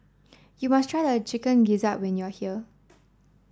you must try Chicken Gizzard when you are here